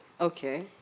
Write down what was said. Okay